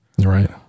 Right